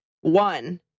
One